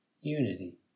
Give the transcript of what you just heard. unity